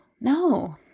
No